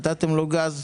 נתתם לו גז?